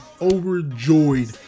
overjoyed